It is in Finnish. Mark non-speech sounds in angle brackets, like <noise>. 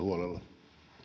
<unintelligible> huolella